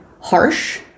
harsh